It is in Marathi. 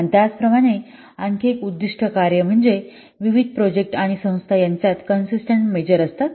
आणि त्याचप्रमाणे आणखी एक उद्दीष्ट कार्य म्हणजे विविध प्रोजेक्ट आणि संस्था यांच्यात कंसिस्टन्ट मेजर असतात